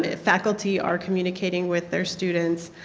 ah faculty are communicating with her students.